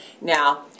Now